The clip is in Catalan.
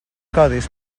codis